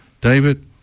David